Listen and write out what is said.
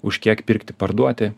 už kiek pirkti parduoti